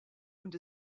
und